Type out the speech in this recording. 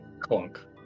Clunk